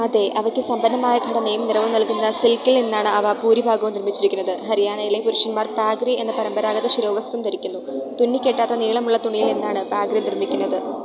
അതെ അവയ്ക്ക് സമ്പന്നമായ ഘടനയും നിറവും നൽകുന്ന സിൽക്കിൽ നിന്നാണ് അവ ഭൂരിഭാഗവും നിർമ്മിച്ചിരിക്കുന്നത് ഹരിയാനയിലെ പുരുഷന്മാർ പാഗ്രി എന്ന പരമ്പരാഗത ശിരോവസ്ത്രം ധരിക്കുന്നു തുന്നിക്കെട്ടാത്ത നീളമുള്ള തുണിയിൽ നിന്നാണ് പാഗ്രി നിർമ്മിക്കുന്നത്